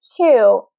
two